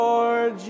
Lord